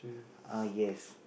ah yes